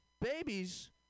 babies